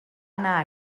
anar